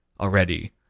already